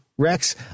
Rex